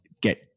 get